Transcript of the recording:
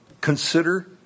Consider